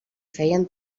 feien